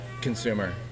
consumer